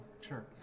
Sure